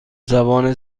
زبان